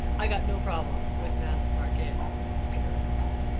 i've got no problem with mass market paperbacks.